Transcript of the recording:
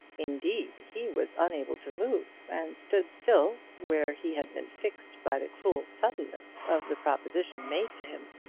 indeed, he was unable to move, and stood still, where he had been fixed by the cruel suddenness of the proposition made to him.